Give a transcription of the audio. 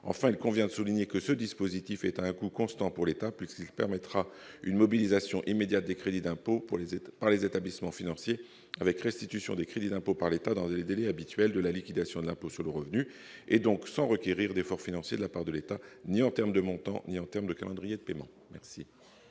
Enfin, il convient de souligner que ce dispositif est à coût constant pour l'État, puisqu'il permettra une mobilisation immédiate des crédits d'impôt par les établissements financiers, avec restitution par l'État dans les délais habituels de la liquidation de l'impôt sur le revenu, et donc sans requérir d'effort financier de la part de l'État en termes de montant ou de calendrier de paiement. Quel